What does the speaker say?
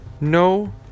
No